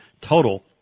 total